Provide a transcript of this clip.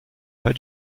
pas